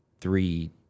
three